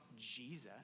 Jesus